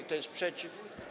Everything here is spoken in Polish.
Kto jest przeciw?